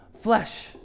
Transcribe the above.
flesh